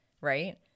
right